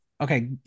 Okay